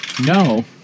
No